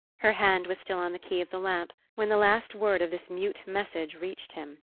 her hand was still on the key of the lamp when the last word of this mute message reached him.